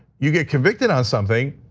you get convicted on something,